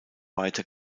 weiter